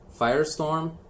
Firestorm